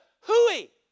hooey